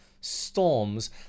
storms